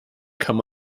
kann